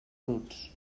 bruts